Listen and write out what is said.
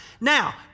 Now